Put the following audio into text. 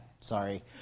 sorry